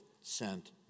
sent